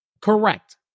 Correct